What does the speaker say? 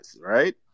right